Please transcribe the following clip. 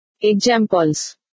Examples